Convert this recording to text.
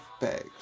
bags